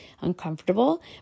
uncomfortable